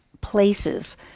places